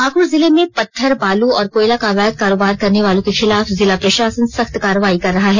पाकुड जिले में पत्थर बालू और कोयला का अवैध कारोबार करने वालों के खिलाफ जिला प्रशासन सख्त कार्रवाई कर रहा है